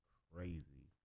crazy